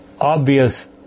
obvious